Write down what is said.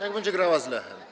Jak będzie grała z Lechem.